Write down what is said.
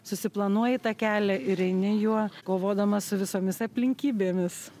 susiplanuoji tą kelią ir eini juo kovodamas su visomis aplinkybėmis